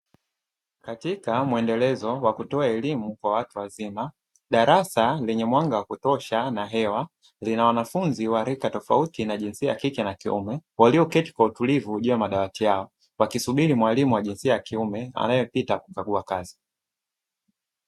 Katika mwendelezo wa kutoa elimu kwa watu wazima, darasa lenye mwanga wa kutosha na hewa lina wanafunzi wa rika tofauti na jinsia ya kike na kiume walioketi kwa utulivu juu ya madawati yao, wakisubiri mwalimu wa jinsia ya kiume anayepita kukagua kazi.